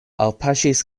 alpaŝis